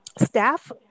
staff